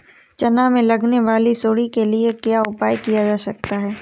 चना में लगने वाली सुंडी के लिए क्या उपाय किया जा सकता है?